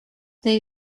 they